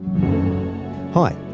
Hi